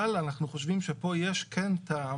אבל אנחנו חושבים שפה כן יש טעם